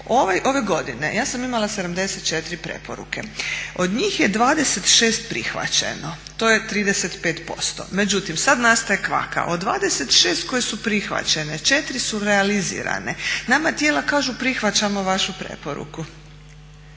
Ove godine ja sam imala 74 preporuke. Od njih je 26 prihvaćeno, to je 35%. Međutim, sad nastaje kvaka. Od 26 koje su prihvaćene 4 su realizirane. Nama tijela kažu prihvaćamo vašu preporuku,